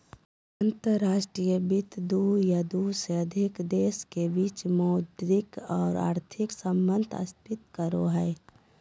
अंतर्राष्ट्रीय वित्त दू या दू से अधिक देश के बीच मौद्रिक आर आर्थिक सम्बंध स्थापित करो हय